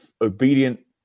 obedient